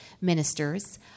ministers